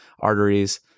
arteries